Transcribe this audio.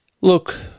Look